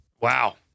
Wow